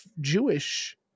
Jewish